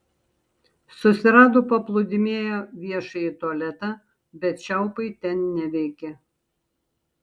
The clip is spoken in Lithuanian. susirado paplūdimyje viešąjį tualetą bet čiaupai ten neveikė